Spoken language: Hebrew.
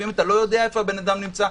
לפעמים אתה לא יודע איפה האדם נמצא,